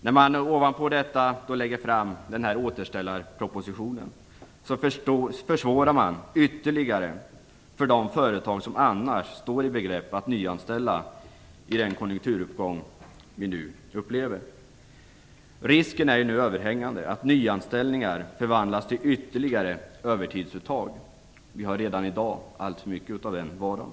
När man ovanpå detta lägger fram den här återställarpropositionen försvårar man ytterligare för de företag som annars står i begrepp att nyanställa i den konjunkturuppgång som vi nu upplever. Risken är överhängande att nyanställningar förvandlas till ytterligare övertidsuttag - vi har redan i dag alltför mycket av den varan.